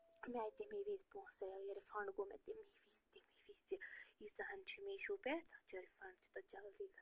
مےٚ آیہِ تَمی وِزِ پونٛسہٕ یا یہِ رِفنٛڈ گوٚو مےٚ تَمی وِزِ تَمی وِزِ یٖژاہن چھِ میٖشو پٮ۪ٹھ تتھ چھُ رِفنٛڈ چھُ تتھ جلدی گَژھان